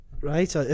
right